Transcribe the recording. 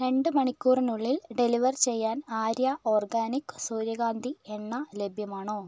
രണ്ട് മണിക്കൂറിനുള്ളിൽ ഡെലിവർ ചെയ്യാൻ ആര്യ ഓർഗാനിക് സൂര്യകാന്തി എണ്ണ ലഭ്യമാണോ